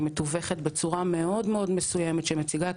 היא מתווכת בצורה מאוד מאוד מסוימת שמציגה את